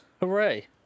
Hooray